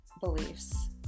beliefs